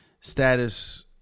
status